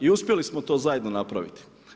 I uspjeli smo to zajedno napraviti.